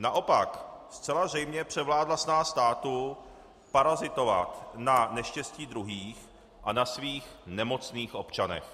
Naopak zcela zřejmě převládla snaha státu parazitovat na neštěstí druhých a na svých nemocných občanech.